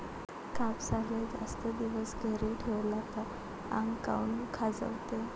कापसाले जास्त दिवस घरी ठेवला त आंग काऊन खाजवते?